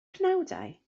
penawdau